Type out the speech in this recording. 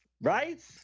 right